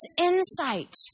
insight